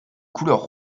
couleurs